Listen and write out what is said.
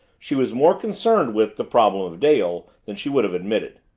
she was more concerned with the problem of dale than she would have admitted.